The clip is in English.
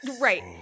Right